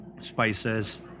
spices